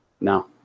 no